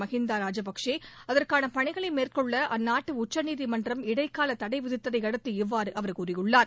மகிந்தா ராஜபக்சே அதற்கான பணிகளை மேற்கொள்ள அந்நாட்டு உச்சநீதிமன்றம் இடைக்காலத்தடை விதித்ததை அடுத்து இவ்வாறு அவர் கூறியுள்ளார்